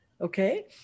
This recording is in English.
Okay